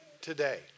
today